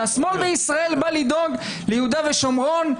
שהשמאל בישראל בא לדאוג ליהודה ושומרון,